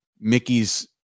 Mickey's